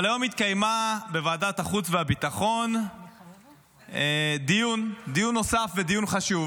אבל היום בוועדת החוץ והביטחון התקיים דיון נוסף ודיון חשוב